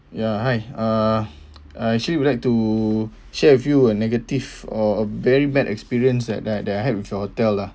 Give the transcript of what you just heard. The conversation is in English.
ya hi uh I actually would like to share with you a negative or a very bad experience at that that I had with your hotel lah